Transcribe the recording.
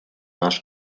наш